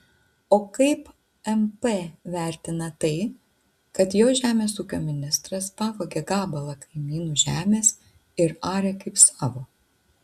o kaip mp vertina tai kad jo žemės ūkio ministras pavogė gabalą kaimynų žemės ir arė kaip savo